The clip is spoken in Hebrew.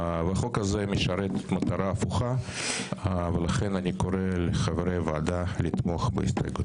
החוק הזה משרת מטרה הפוכה ולכן אני קורא לחברי הוועדה לתמוך בהסתייגות.